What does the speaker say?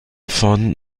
von